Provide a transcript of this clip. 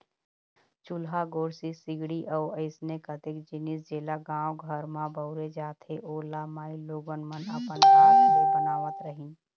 चूल्हा, गोरसी, सिगड़ी अउ अइसने कतेक जिनिस जेला गाँव घर म बउरे जाथे ओ ल माईलोगन मन अपन हात ले बनात रहिन